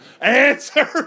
Answer